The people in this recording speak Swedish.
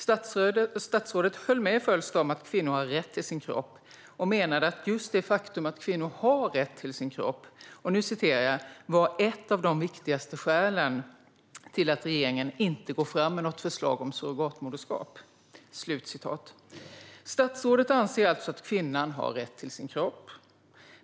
Statsrådet höll med Fölster om att kvinnor har rätt till sin kropp och menade att just det faktum att kvinnor har rätt till sin kropp "är kanske ett av de allra viktigaste skälen till att regeringen inte går fram med förslaget om surrogatmoderskap". Statsrådet anser alltså att kvinnan har rätt till sin kropp.